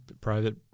private